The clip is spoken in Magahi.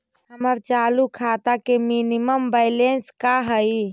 हमर चालू खाता के मिनिमम बैलेंस का हई?